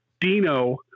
dino